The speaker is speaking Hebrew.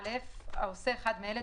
(א) העושה אחד מאלה,